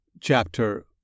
Chapter